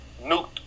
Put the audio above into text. nuked